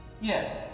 Yes